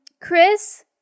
Chris